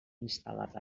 instal·lat